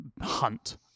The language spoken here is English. hunt